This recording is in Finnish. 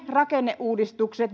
rakenneuudistukset